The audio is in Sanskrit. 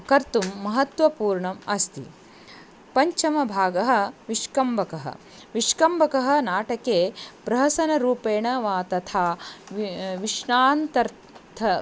कर्तुं महत्त्वपूर्णम् अस्ति पञ्चमभागः विष्कम्बकः विष्कम्बकः नाटके प्रहसनरूपेण वा तथा वि विश्रान्त्यर्थः